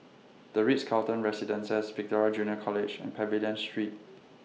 The Ritz Carlton Residences Victoria Junior College and Pavilion Street